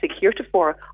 heretofore